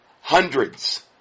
Hundreds